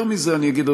יותר מזה אני אגיד,